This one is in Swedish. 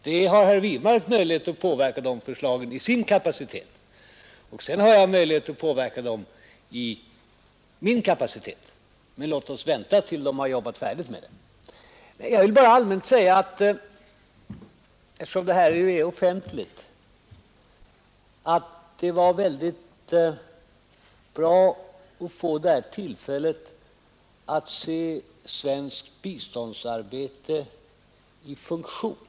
De förslagen har herr Wirmark möjligheter att påverka i sin kapacitet och sedan har jag möjligheter att påverka dem i min kapacitet. Men låt oss vänta tills de har jobbat färdigt med dem. Jag vill bara allmänt säga — eftersom detta är offentligt — att det var väldigt bra att få detta tillfälle att se svenskt biståndsarbete i funktion.